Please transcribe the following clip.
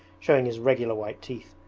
showing his regular white teeth,